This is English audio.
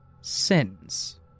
sins